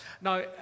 Now